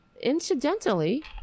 Incidentally